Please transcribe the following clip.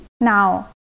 now